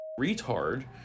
retard